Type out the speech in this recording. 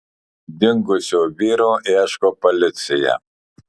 dingusio vyro ieško policija